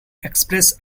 express